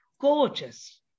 gorgeous